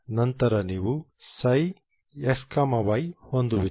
ನಂತರ ನೀವು ψx y ಹೊಂದುವಿರಿ